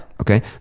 Okay